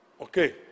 okay